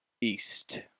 East